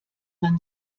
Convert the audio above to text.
man